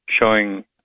showing